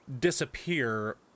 disappear